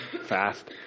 fast